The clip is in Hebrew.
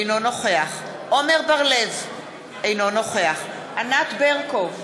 אינו נוכח עמר בר-לב, אינו נוכח ענת ברקו,